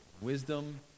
wisdom